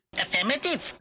Affirmative